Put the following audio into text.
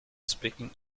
speaking